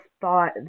thought